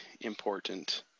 important